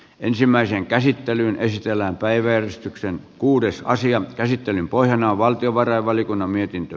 ensimmäisen käsittelyn esitellään päiväjärjestykseen kuudes asian käsittelyn pohjana on valtiovarainvaliokunnan mietintö